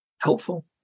helpful